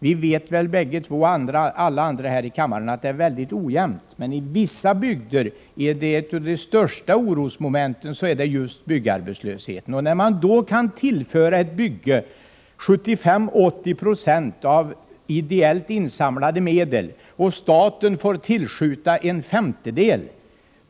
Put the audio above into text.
Vi vet säkert bägge två, liksom alla andra här i kammaren, att det är väldigt ojämnt. I vissa bygder är byggarbetslösheten ett av de största orosmomenten. Här har vi nu ett bygge som kan bekostas av ideellt insamlade medel till 75 å 80 26.